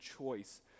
choice